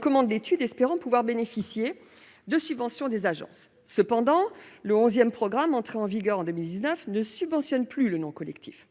commandé des études dans l'espoir de bénéficier des subventions des agences. Mais le onzième programme, entré en vigueur en 2019, ne subventionne plus le non-collectif.